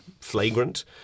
flagrant